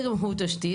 שגם הוא תשתית,